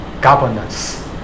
governance